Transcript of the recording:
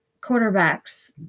quarterbacks